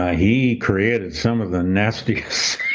ah he created some of the nastiest,